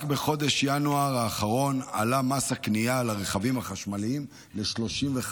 רק בחודש ינואר האחרון עלה מס הקנייה על הרכבים החשמליים ל-35%,